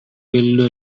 белгилүү